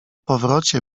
powrocie